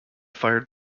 fired